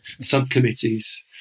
subcommittees